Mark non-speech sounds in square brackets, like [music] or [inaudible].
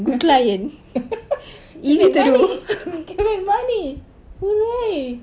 [noise] collect money collect money hooray